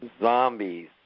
Zombies